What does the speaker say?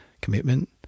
commitment